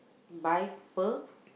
by per